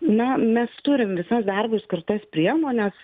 na mes turim visas darbui skirtas priemones